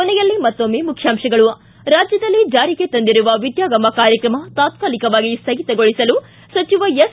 ಕೊನೆಯಲ್ಲಿ ಮತ್ತೊಮ್ಮೆ ಮುಖ್ಯಾಂತಗಳು ಿಗೆ ರಾಜ್ಯದಲ್ಲಿ ಜಾರಿಗೆ ತಂದಿರುವ ವಿದ್ಯಾಗಮ ಕಾರ್ಯಕ್ರಮ ತಾತಾಲಿಕವಾಗಿ ಸ್ಥಗಿತಗೊಳಿಸಲು ಸಚಿವ ಎಸ್